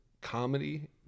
comedy